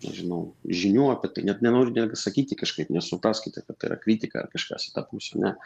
nežinau žinių apie tai net nenoriu nieko sakyti kažkaip nesupraskite kad tai yra kritika ar kažkas į tą pusę ne